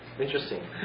interesting